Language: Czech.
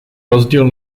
rozdíl